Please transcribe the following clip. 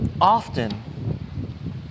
often